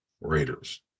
Raiders